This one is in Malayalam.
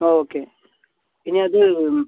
ആ ഓക്കെ ഇനി അത്